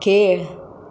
खेळ